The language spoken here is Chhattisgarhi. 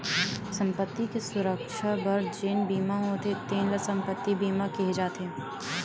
संपत्ति के सुरक्छा बर जेन बीमा होथे तेन ल संपत्ति बीमा केहे जाथे